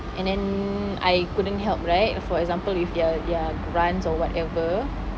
and then I couldn't help right for example with their their grants or whatever